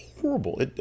horrible